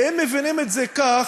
ואם מבינים את זה כך,